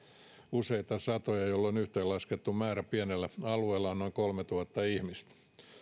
useita satoja jolloin yhteen laskettu määrä pienellä alueella on noin kolmetuhatta ihmistä